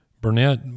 Burnett